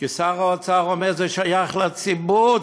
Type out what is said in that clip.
כי שר האוצר אומר: זה שייך לציבור,